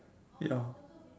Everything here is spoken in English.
ya